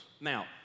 now